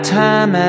time